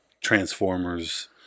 Transformers